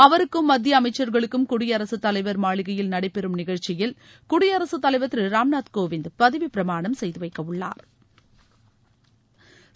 அவருக்கும் மத்திய அமைச்சர்களுக்கும் குடியரகத் தலைவர் மாளிகையில் நடைபெறும் நிகழ்ச்சியில் குடியரசுத் தலைவா் திரு ராம்நாத் கோவிந்த் பதவி பிரமானம் செய்துவைக்க உள்ளாா்